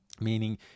Meaning